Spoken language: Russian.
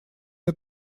мне